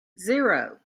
zero